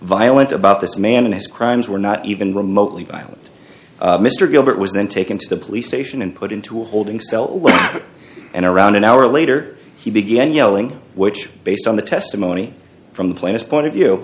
violent about this man and his crimes were not even remotely violent mr gilbert was then taken to the police station and put into a holding cell and around an hour later he began yelling which based on the testimony from the plaintiff point of view